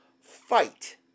Fight